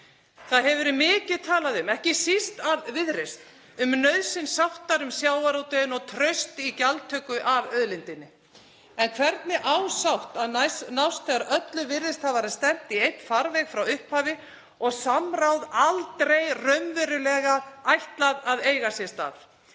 Það hefur verið mikið talað um, ekki síst af Viðreisn, nauðsyn sáttar um sjávarútveginn og traust í gjaldtöku af auðlindinni, en hvernig á sátt að nást þegar öllu virðist hafa verið stefnt í einn farveg frá upphafi og samráði aldrei raunverulega ætlað að eiga sér stað?